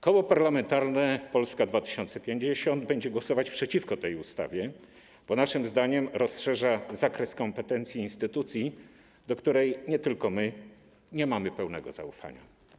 Koło Parlamentarne Polska 2050 będzie głosować przeciwko tej ustawie, bo naszym zdaniem rozszerza zakres kompetencji instytucji, do której nie tylko my nie mamy pełnego zaufania.